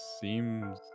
seems